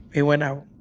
it went out.